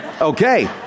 Okay